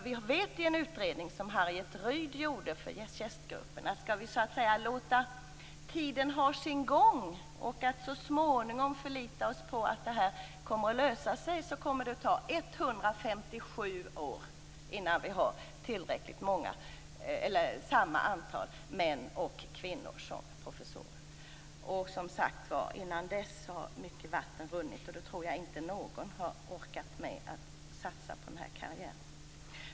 Vi vet efter en utredning av Harriet Ryd att skall vi låta tiden ha sin gång och så småningom förlita oss på att det hela kommer att lösa sig, kommer det ta 157 år innan vi har samma antal kvinnor som män som professorer. Men dessförinnan har mycket vatten runnit, och då tror jag inte det finns någon som orkat med att satsa på den karriären.